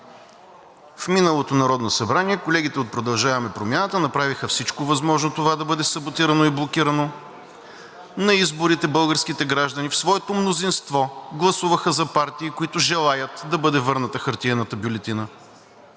В миналото Народно събрание колегите от „Продължаваме Промяната“ направиха всичко възможно това да бъде саботирано и блокирано. На изборите българските граждани в своето мнозинство гласуваха за партии, които желаят да бъде върната хартиената бюлетина.